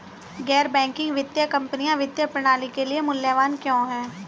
गैर बैंकिंग वित्तीय कंपनियाँ वित्तीय प्रणाली के लिए मूल्यवान क्यों हैं?